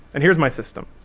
and here's my system,